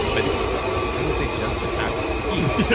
but why would they just attack the feet?